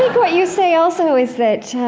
what you say also is that